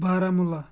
Baramulla